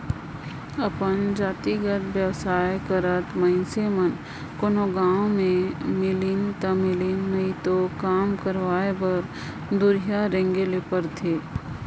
अपन जातिगत बेवसाय करत मइनसे मन कोनो गाँव में मिलिन ता मिलिन नई तो काम करवाय बर दुरिहां रेंगें ले परथे